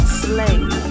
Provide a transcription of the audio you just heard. slave